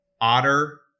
Otter